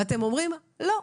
ואתם אומרים: לא,